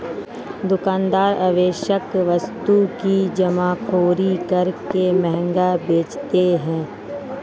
दुकानदार आवश्यक वस्तु की जमाखोरी करके महंगा बेचते है